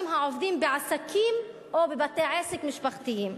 העובדים בעסקים או בבתי-עסק משפחתיים.